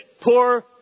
poor